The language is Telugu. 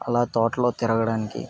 అలా తోటలో తిరగడానికి